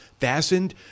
fastened